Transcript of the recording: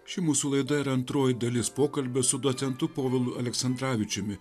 ši mūsų laida yra antroji dalis pokalbio su docentu povilu aleksandravičiumi